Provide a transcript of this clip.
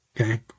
Okay